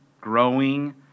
growing